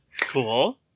Cool